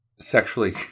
sexually